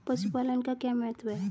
पशुपालन का क्या महत्व है?